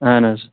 اَہَن حظ